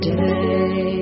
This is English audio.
day